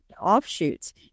offshoots